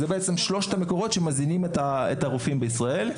אלו שלושת המקורות שמזינים את הרופאים בישראל.